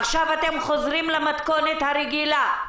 עכשיו אתם חוזרים למתכונת הרגילה?